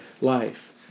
life